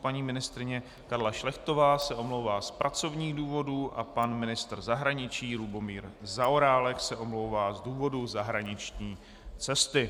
Paní ministryně Karla Šlechtová se omlouvá z pracovních důvodů a pan ministr zahraničí Lubomír Zaorálek se omlouvá z důvodu zahraniční cesty.